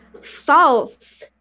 False